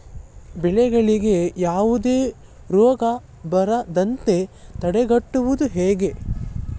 ಬೆಳೆಗಳಿಗೆ ಯಾವುದೇ ರೋಗ ಬರದಂತೆ ತಡೆಗಟ್ಟುವುದು ಹೇಗೆ?